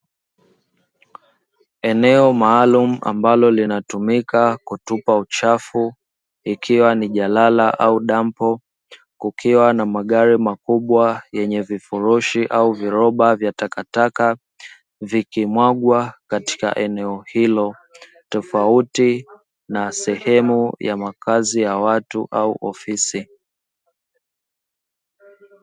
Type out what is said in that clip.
Eneo maalumu ambalo linatumika kutupa uchafu ikiwa ni jalala au dampo kukiwa na magari makubwa yenye vifurushi au viroba vya takataka, vikimwagwa katika eneo hilo tofauti na sehemu ya makazi ya watu au ofisi.